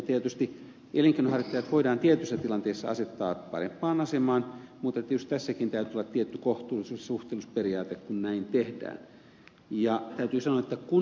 tietysti elinkeinonharjoittajat voidaan tietyissä tilanteissa asettaa parempaan asemaan mutta tietysti tässäkin täytyy olla tietty kohtuullisuus ja suhteellisuusperiaate kun näin tehdään